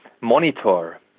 monitor